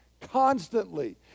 constantly